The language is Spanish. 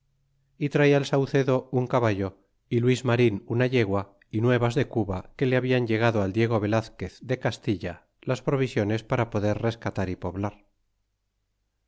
y treia el saucedo un caballo y luis marin una yegua y nuevas de cuba que le habian llegado al diego velazquez de castilla las provisiones para poder rescatar y poblar